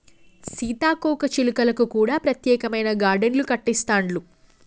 సీతాకోక చిలుకలకు కూడా ప్రత్యేకమైన గార్డెన్లు కట్టిస్తాండ్లు